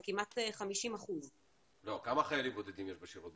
זה כמעט 50%. כמה חיילים בודדים יש בשירות?